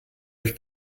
euch